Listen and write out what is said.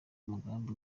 mugambi